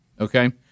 okay